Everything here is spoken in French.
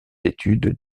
études